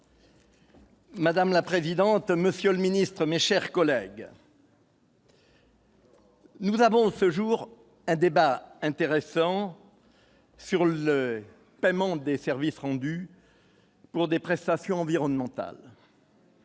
Madame la présidente, monsieur le Ministre, mes chers collègues. Nous avons ce jour un débat intéressant sur le paiement des services rendus pour des prestations environnementales.